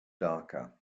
darker